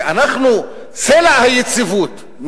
שאנחנו סלע היציבות,